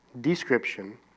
description